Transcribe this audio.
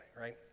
right